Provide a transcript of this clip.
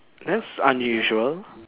that's unusual